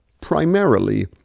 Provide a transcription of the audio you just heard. primarily